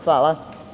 Hvala.